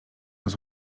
dasz